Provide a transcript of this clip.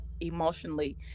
emotionally